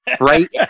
Right